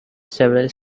several